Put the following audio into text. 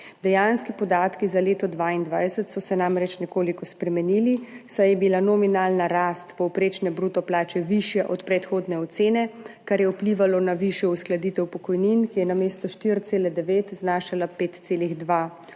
dejanski podatki za leto 2022 so se namreč nekoliko spremenili, saj je bila nominalna rast povprečne bruto plače višja od predhodne ocene, kar je vplivalo na višjo uskladitev pokojnin, ki je namesto 4,9 znašala 5,2 %.